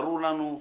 ברור לנו,